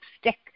stick